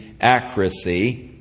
accuracy